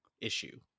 issue